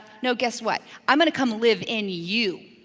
no, guess what, i'm gonna come live in you.